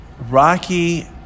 Rocky